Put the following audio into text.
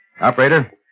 Operator